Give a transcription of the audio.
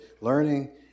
Learning